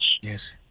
Yes